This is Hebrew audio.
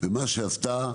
מה שעשתה